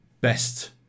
best